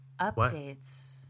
updates